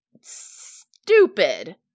stupid